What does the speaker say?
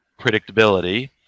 predictability